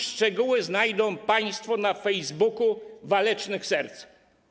Szczegóły znajdą państwo na Facebooku Walecznych Serc.